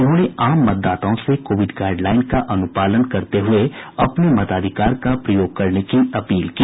उन्होंने आम मतदाताओं से कोविड गाईडलाईन का अनुपालन अनुशासनपूर्वक करते हुए अपने मताधिकार का प्रयोग करने की अपील की